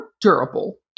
durable